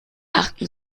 achten